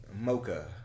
mocha